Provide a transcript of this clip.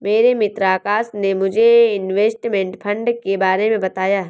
मेरे मित्र आकाश ने मुझे इनवेस्टमेंट फंड के बारे मे बताया